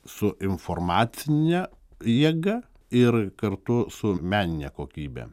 su informacine jėga ir kartu su menine kokybe